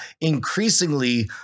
increasingly